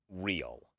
real